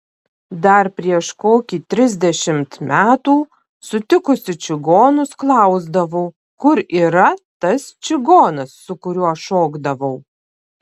dar prieš kokį trisdešimt metų sutikusi čigonus klausdavau kur yra tas čigonas su kuriuo šokdavau